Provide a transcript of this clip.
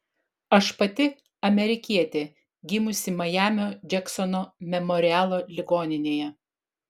aš pati amerikietė gimusi majamio džeksono memorialo ligoninėje